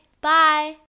Bye